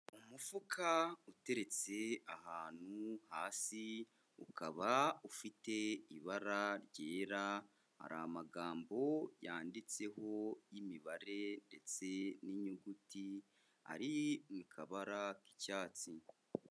Umufuka uteretse ahantu hasi, ukaba ufite ibara ryera, hari amagambo yanditseho y'imibare ndetse n'inyuguti, ari mu kabara k'icyatsi.